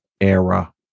era